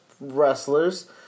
wrestlers